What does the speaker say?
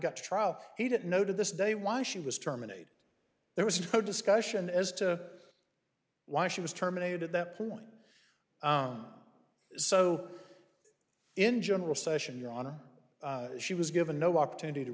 got to trial he didn't know to this day why she was terminated there was no discussion as to why she was terminated at that point on so in general session on she was given no opportunity to